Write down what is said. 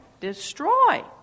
destroy